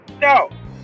No